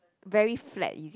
very flat is it